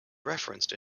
referenced